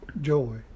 joy